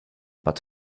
but